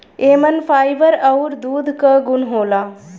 एमन फाइबर आउर दूध क गुन होला